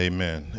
Amen